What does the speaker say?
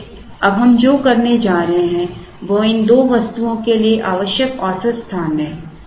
इसलिए अब हम जो करने जा रहे हैं वह इन दो वस्तुओं के लिए आवश्यक औसत स्थान है